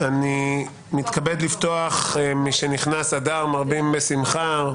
משנכנס אדר מרבין בשמחה,